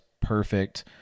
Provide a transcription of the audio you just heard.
perfect